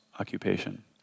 occupation